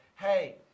hey